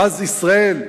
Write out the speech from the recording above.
ואז ישראל,